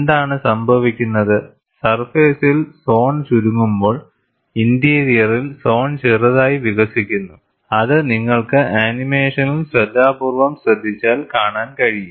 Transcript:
എന്താണ് സംഭവിക്കുന്നത് സർഫേസിൽ സോൺ ചുരുങ്ങുമ്പോൾ ഇന്റീരിയറിൽ സോൺ ചെറുതായി വികസിക്കുന്നു അത് നിങ്ങൾക്ക് ആനിമേഷനിൽ ശ്രദ്ധാപൂർവ്വം ശ്രദ്ധിച്ചാൽ കാണാൻ കഴിയും